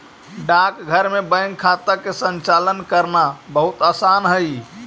डाकघर में बैंक खाता के संचालन करना बहुत आसान हइ